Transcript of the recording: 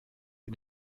die